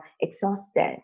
exhausted